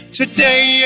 today